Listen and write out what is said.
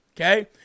okay